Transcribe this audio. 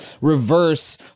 reverse